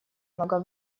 много